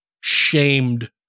shamed